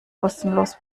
kostenlos